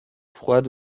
froide